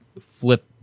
flip